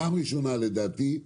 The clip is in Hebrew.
פעם ראשונה לדעתי,